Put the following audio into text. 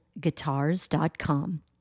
guitars.com